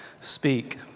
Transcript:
speak